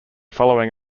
following